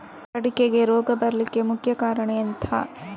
ಅಡಿಕೆಗೆ ರೋಗ ಬರ್ಲಿಕ್ಕೆ ಮುಖ್ಯ ಕಾರಣ ಎಂಥ?